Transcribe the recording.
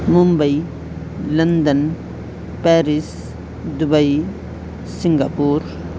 Mumbai London Paris Dubai Singapore